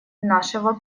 нашего